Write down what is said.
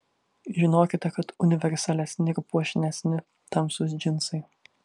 žinokite kad universalesni ir puošnesni tamsūs džinsai